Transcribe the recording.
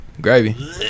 Gravy